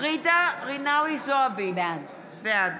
רינאוי זועבי, בעד